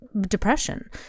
depression